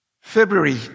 February